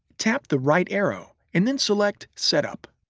tap the right arrow, and then select setup.